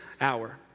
hour